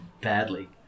badly